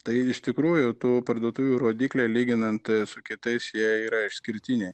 tai iš tikrųjų tų parduotuvių rodikliai lyginant su kitais jie yra išskirtiniai